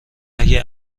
اگه